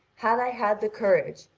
had i had the courage,